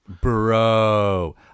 Bro